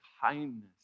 kindness